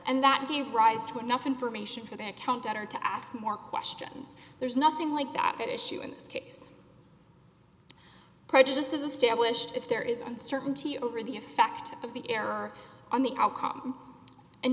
and that gave rise to enough information for the counter to ask more questions there's nothing like that issue in this case prejudice is established if there is uncertainty over the effect of the error on the outcome and